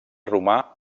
romà